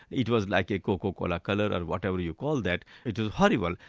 it was like a coca cola colour, or whatever you call that. it was horrible.